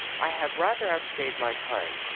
i have rather outstayed my time,